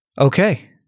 Okay